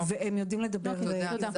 הם יודעים לדבר עברית.